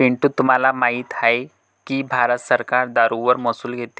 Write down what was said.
पिंटू तुम्हाला माहित आहे की भारत सरकार दारूवर महसूल घेते